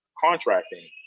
contracting